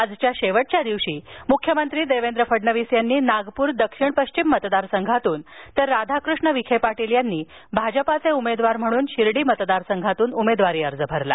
आजच्या शेवटच्या दिवशी मुख्यमंत्री देवेंद्र फडणवीस यांनी नागपूर दक्षिण पश्चिम मतदारसंघातून तर राधाकृष्ण विखे पाटील यांनी भाजपाचे उमेदवार म्हणून शिर्डी मतदारसंघातून उमेदवारी अर्ज भरला